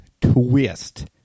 twist